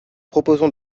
proposons